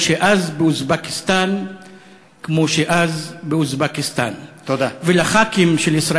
אז היה